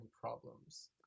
problems